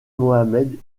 mohammed